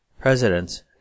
Presidents